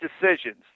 decisions